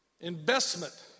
investment